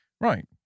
Right